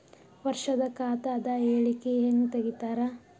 ವರ್ಷದ ಖಾತ ಅದ ಹೇಳಿಕಿ ಹೆಂಗ ತೆಗಿತಾರ?